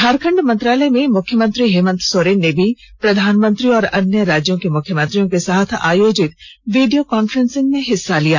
झारखण्ड मंत्रालय में मुख्यमंत्री हेमन्त सोरेन ने भी प्रधानमंत्री और अन्य राज्यों के मुख्यमंत्रियों के साथ आयोजित वीडियो काफ्रेंसिंग में भाग लिया